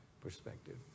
perspective